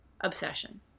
obsession